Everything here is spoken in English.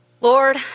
Lord